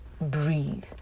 breathe